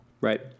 Right